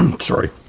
sorry